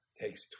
takes